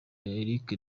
erica